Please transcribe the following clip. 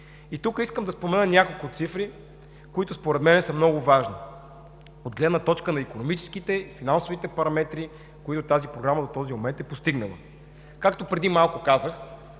Тук искам да спомена няколко цифри, които според мен са много важни от гледна точка на икономическите и финансовите параметри, които тази Програма до този момент е постигнала. Както преди малко казах,